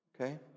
okay